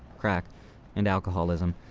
crack and alcoholism.